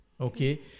Okay